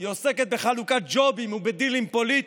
היא עוסקת בחלוקת ג'ובים ובדילים פוליטיים.